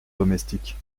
domestique